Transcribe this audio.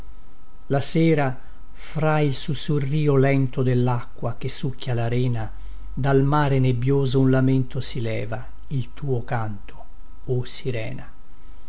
la sera fra il sussurrìo lento dellacqua che succhia la rena dal mare nebbioso un lamento si leva il tuo canto o sirena